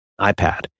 iPad